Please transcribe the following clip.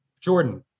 Jordan